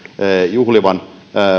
juhlivan